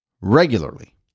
regularly